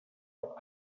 auf